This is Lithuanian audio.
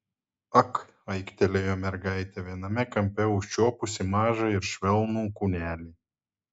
ak aiktelėjo mergaitė viename kampe užčiuopusi mažą ir švelnų kūnelį